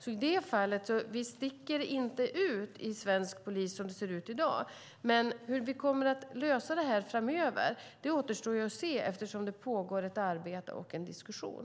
I det fallet sticker vi inte ut i svensk polis som det ser ut i dag. Men det återstår att se hur vi kommer att lösa detta framöver eftersom det pågår ett arbete och en diskussion.